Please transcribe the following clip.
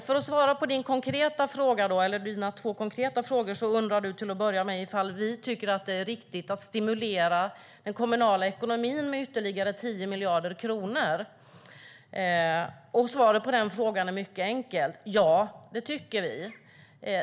För att svara på dina två konkreta frågor: Du undrar till att börja med ifall vi tycker att det är riktigt att stimulera den kommunala ekonomin med ytterligare 10 miljarder kronor. Svaret på den frågan är mycket enkel: Ja, det tycker vi.